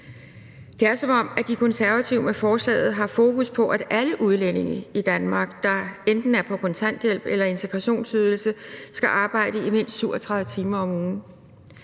Det er, som om De Konservative med forslaget har fokus på, at alle udlændinge i Danmark, der enten er på kontanthjælp eller integrationsydelse, skal arbejde i mindst 37 timer om ugen.